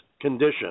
condition